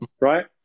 Right